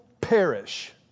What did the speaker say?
perish